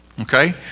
okay